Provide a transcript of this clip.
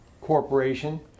Corporation